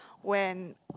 when